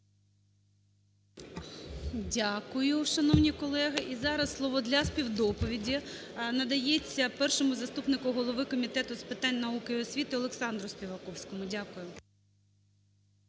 Дякую, шановні колеги. І зараз слово для співдоповіді надається першому заступнику голови Комітету з питань науки і освіти Олександру Співаковському. Дякую.